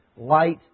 light